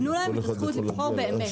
תנו להם את הזכות לבחור באמת.